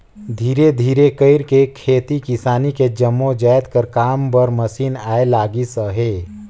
धीरे धीरे कइरके खेती किसानी के जम्मो जाएत कर काम बर मसीन आए लगिस अहे